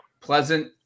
Pleasant